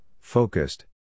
focused